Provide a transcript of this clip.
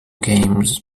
games